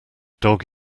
dog